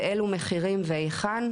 באלו מחירים והיכן,